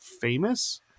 famous